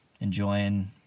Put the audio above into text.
enjoying